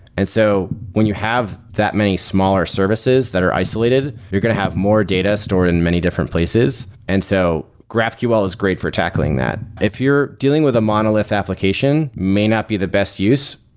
and so when you have that many smaller services that are isolated, you're going to have more data stored in many different places. and so graphql is great for tackling that. if you're dealing with a monolith application, may not be the best use,